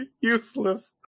useless